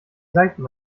seiten